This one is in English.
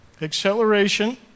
Acceleration